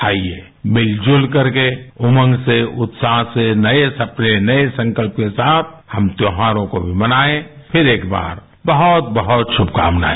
आइए मिलजुल करके उमंग से उत्साह से नये सपने नये संकल्प के साथ हम त्यौहारों को भी मनाएं फिर एक बार बहुत बहुत शुभकामनाएं